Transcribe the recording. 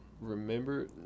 remember